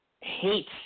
hate